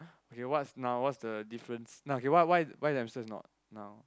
okay what's now what's the difference okay why why why the hamster is not now